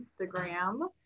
instagram